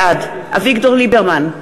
בעד אביגדור ליברמן,